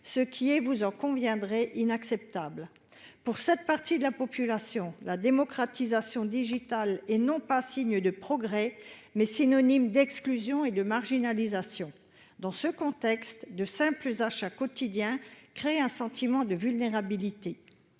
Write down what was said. ce qui est- vous en conviendrez -inacceptable. Pour cette partie de la population, la démocratisation digitale est non pas signe de progrès, mais synonyme d'exclusion et de marginalisation. Dans ce contexte, de simples achats quotidiens créent un sentiment de vulnérabilité.